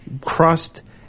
crust